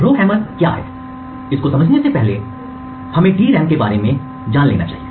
रो hammer क्या है इसको समझने से पहले DRAM की छोटी सी पृष्ठभूमि को समझ लेते हैं